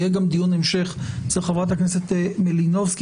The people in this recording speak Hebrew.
יהיה גם דיון המשך אצל חברת הכנסת מלינובסקי.